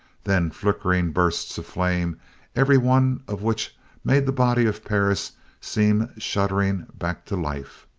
then flickering bursts of flame every one of which made the body of perris seem shuddering back to life.